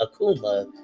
Akuma